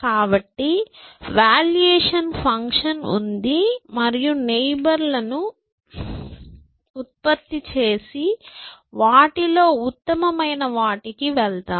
కాబట్టి valuation function ఉంది మరియు నైబర్లను ఉత్పత్తి చేసి వాటిలో ఉత్తమమైన వాటికి వెళ్తాము